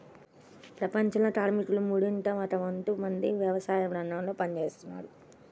ప్రపంచంలోని కార్మికులలో మూడింట ఒక వంతు మంది వ్యవసాయరంగంలో పని చేస్తున్నారు